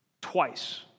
twice